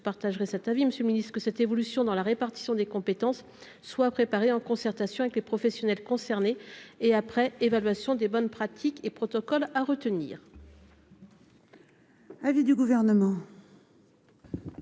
partagerez cet avis, monsieur le ministre -que cette évolution dans la répartition des compétences soit préparée, en concertation avec les professionnels concernés et après évaluation des bonnes pratiques et protocoles à retenir.